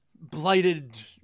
blighted